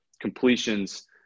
completions